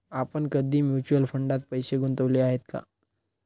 आपण कधी म्युच्युअल फंडात पैसे गुंतवले आहेत का?